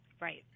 Right